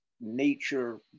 nature